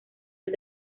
del